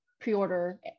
pre-order